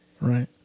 Right